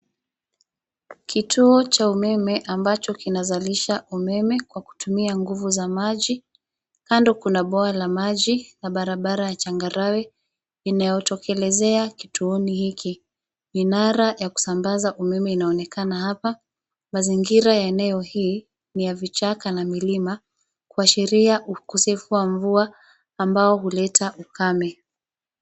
Kituo cha umeme ambacho kinazalisha umeme kwa kutumia nguvu za maji. Kando kuna bwawa la maji na barabara ya changarawe inayotokelezea kituoni hiki. Minara ya kusambaza umeme inaonekana hapa. Mazingira ya eneo hii ni ya vichaka na milima, kuashiria ukosefu wa mvua ambayo huleta ukame.